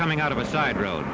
coming out of a side road